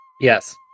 Yes